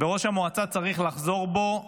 וראש המועצה צריך לחזור בו עכשיו,